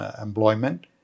employment